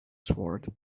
sword